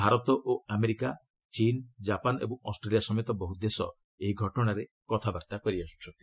ଭାରତ ଓ ଆମେରିକା ଚୀନ୍ ଜାପାନ୍ ଏବଂ ଅଷ୍ଟ୍ରେଲିଆ ସମେତ ବହୁ ଦେଶ ଏହି ଘଟଣାରେ କଥାବାର୍ତ୍ତା କରିଆସୁଛନ୍ତି